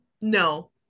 No